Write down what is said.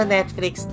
Netflix